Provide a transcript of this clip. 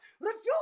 Refuse